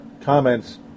comments